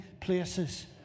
places